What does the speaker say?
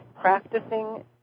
practicing